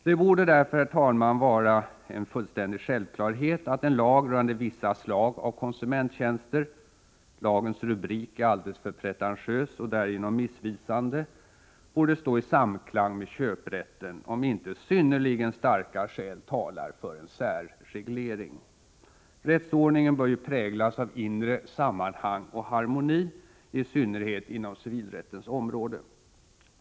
Det borde därför, herr talman, vara en fullständig självklarhet att en lag rörande vissa slag av konsumenttjänster — lagens rubrik är alldeles för pretentiös och därigenom missvisande — borde stå i samklang med köprätten, om icke synnerligen starka skäl talar för en särreglering. Rättsordningen bör ju präglas av inre sammanhang och harmoni, i synnerhet inom civilrättens område.